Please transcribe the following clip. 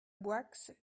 boixe